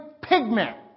pigment